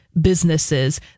businesses